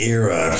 era